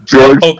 George